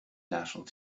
national